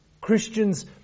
Christians